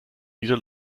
wieder